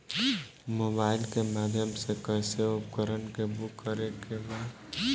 Mobile के माध्यम से कैसे उपकरण के बुक करेके बा?